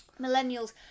millennials